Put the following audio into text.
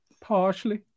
Partially